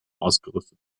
ausgerüstet